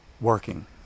working